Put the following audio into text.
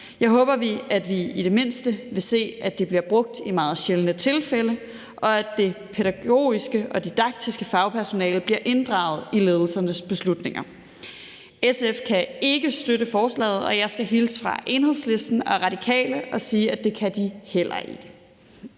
Jeg håber, at vi i det mindste vil se, at det bliver brugt i meget sjældne tilfælde, og at det pædagogiske og didaktiske fagpersonale bliver inddraget i ledelsernes beslutninger. SF kan ikke støtte forslaget, og jeg skal hilse fra Enhedslisten og Radikale og sige, at det kan de heller ikke.